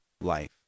life